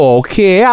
okay